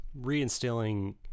reinstilling